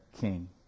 king